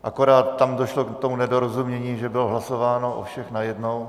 Akorát tam došlo k tomu nedorozumění, že bylo hlasováno o všech najednou.